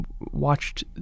watched